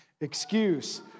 Excuse